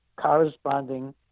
corresponding